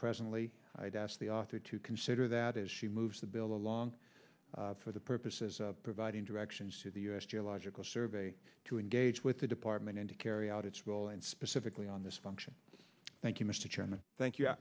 presently i'd ask the author to consider that as she moves the bill along for the purposes of providing directions to the u s geological survey to engage with the department and to carry out its role and specifically on this function thank you